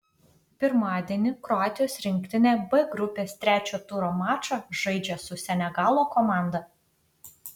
pirmadienį kroatijos rinktinė b grupės trečio turo mačą žaidžia su senegalo komanda